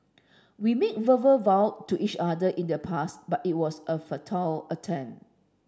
we made verbal vow to each other in the past but it was a futile attempt